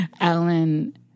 Alan